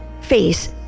face